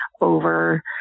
over